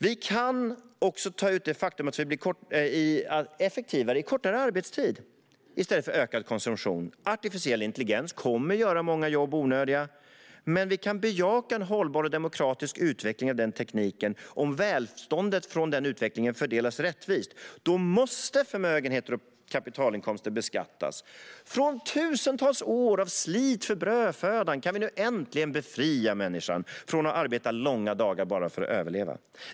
Vi kan också ta det faktum att vi blir effektivare med kortare arbetstid i stället för ökad konsumtion. Artificiell intelligens kommer att göra många jobb onödiga, men vi kan bejaka en hållbar och demokratisk utveckling av den tekniken om välståndet från den utvecklingen fördelas rättvist. Då måste förmögenheter och kapitalinkomster beskattas. Efter tusentals år av slit för brödfödan kan vi nu äntligen befria människan från att arbeta långa dagar bara för att överleva.